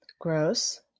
Gross